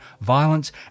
violence